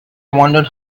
wondered